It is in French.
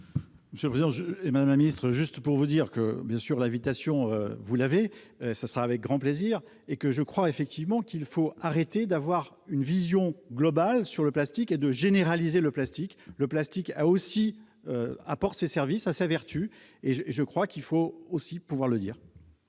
monsieur je sais, Madame la Ministre, juste pour vous dire que bien sûr la invitation, vous l'avez. ça sera avec grand plaisir et que je crois effectivement qu'il faut arrêter d'avoir une vision globale sur le plastique et de généraliser le plastique, le plastique a aussi apporté service à sa vertu et je crois qu'il faut aussi pouvoir le dire.